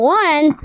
one